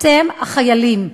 אתם, החיילים,